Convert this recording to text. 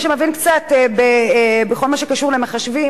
מי שמבין קצת בכל מה שקשור למחשבים,